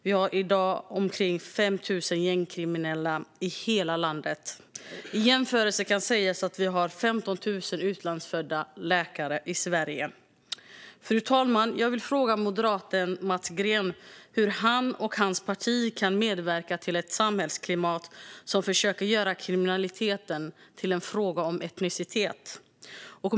Vi har i dag omkring 5 000 gängkriminella i hela landet. Som jämförelse kan sägas att vi har 15 000 utlandsfödda läkare i Sverige. Fru talman! Jag vill fråga moderaten Mats Green hur han och hans parti kan medverka till ett samhällsklimat som försöker göra kriminaliteten till en fråga om etnicitet.